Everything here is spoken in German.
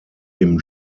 dem